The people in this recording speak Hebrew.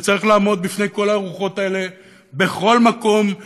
וצריך לעמוד בפני כל הרוחות האלה בכל מקום,